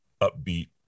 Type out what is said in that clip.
upbeat